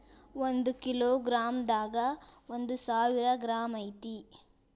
ಒಂದ kilogram ದಾಗ ಒಂದ ಸಾವಿರ ಗ್ರಾಂ ಐತಿ